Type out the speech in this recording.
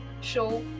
show